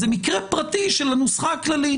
זה מקרה פרטי של הנוסחה הכללית.